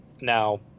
Now